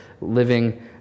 living